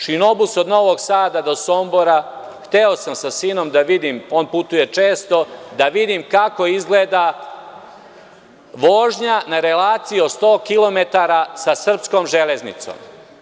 Šinobus od Novog Sada do Sombora, hteo sam sa sinom da vidim, on putuje često, da vidim kako izgleda vožnja na relaciji od sto kilometara sa srpskom železnicom.